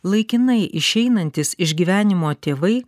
laikinai išeinantys iš gyvenimo tėvai